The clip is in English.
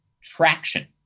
traction